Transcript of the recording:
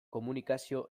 komunikazio